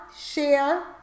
Share